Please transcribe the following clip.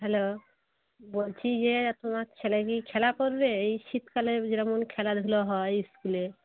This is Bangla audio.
হ্যালো বলছি যে তোমার ছেলে কি খেলা করবে এই শীতকালে যেরকম খেলাধুলা হয় স্কুলে